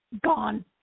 Gone